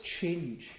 change